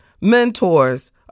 mentors